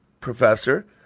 Professor